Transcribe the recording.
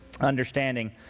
Understanding